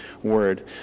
word